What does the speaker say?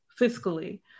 fiscally